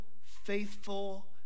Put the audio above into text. faithful